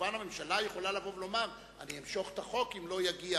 מובן שהממשלה יכולה לבוא ולומר: אני אמשוך את החוק אם לא יגיע,